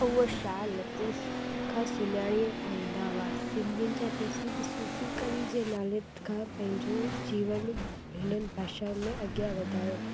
उओ शाह लतीफ़ खां सुञाणिया वेंदा हुआ सिंधियुनि जा प्रसिद्ध सुफ़ी कवि जे नाले खां पंहिंजो जीवन हिननि भाषा में अॻिया वधायो